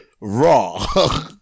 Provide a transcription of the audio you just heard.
Raw